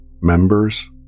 members